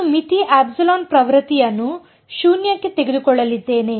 ನಾನು ಮಿತಿ ε ಪ್ರವೃತ್ತಿಯನ್ನು ಶೂನ್ಯಕ್ಕೆ ತೆಗೆದುಕೊಳ್ಳಲಿದ್ದೇನೆ